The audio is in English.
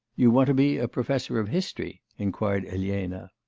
you want to be a professor of history inquired elena.